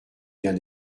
vient